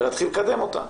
ולהתחיל לקדם אותה.